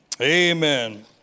Amen